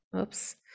oops